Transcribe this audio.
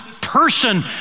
person